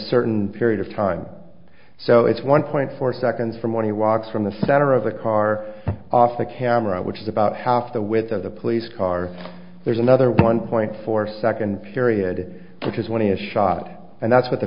certain period of time so it's one point four seconds from when he walks from the center of the car off the camera which is about half the width of the police car there's another one point four second period which is when he is shot and that's what the